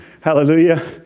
hallelujah